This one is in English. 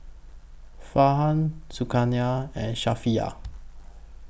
Farhan Zulkarnain and Safiya